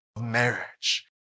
marriage